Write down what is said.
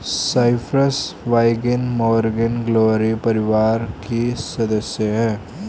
Cyprus vine morning glory परिवार की सदस्य हैं